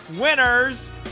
Winners